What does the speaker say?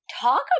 talk